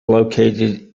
located